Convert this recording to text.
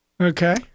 Okay